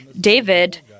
David